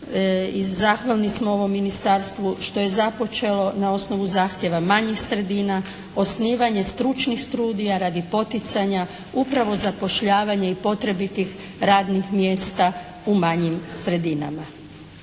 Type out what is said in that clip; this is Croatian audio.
zahvalni smo ovom ministarstvu što je započelo na osnovu zahtjeva manjih sredina osnivanje stručnih studija radi poticanja upravo zapošljavanje i potrebitih radnih mjesta u manjim sredinama.